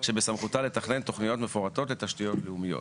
שבסמכותה לתכנן תוכניות מפורטות לתשתיות לאומיות.